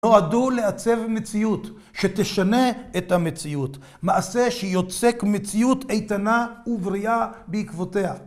נועדו לעצב מציאות, שתשנה את המציאות, מעשה שיוצק מציאות איתנה ובריאה בעקבותיה.